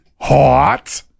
hot